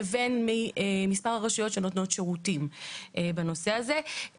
לבין מספר הרשויות שנותנות שירותים בנושא הזה.